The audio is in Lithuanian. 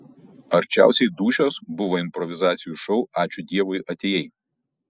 arčiausiai dūšios buvo improvizacijų šou ačiū dievui atėjai